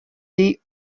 des